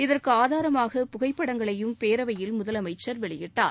இதற்கு ஆதாரமாக புகைப்படங்களையும் பேரவையில் முதலமைச்சர் வெளியிட்டார்